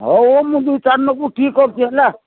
ହଉ ହଉ ମୁଁ ଦୁଇ ଚାରି ଲୋକ ଠିକ କରୁଛି ହେଲା